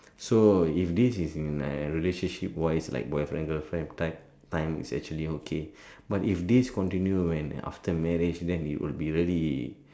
so if this is in a relationship wise like boyfriend girlfriend type I'm is actually okay but if this continue after marriage then would be very